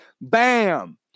Bam